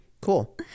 Cool